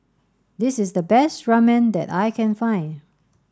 this is the best Ramen that I can find